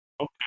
Okay